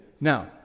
now